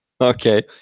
Okay